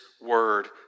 word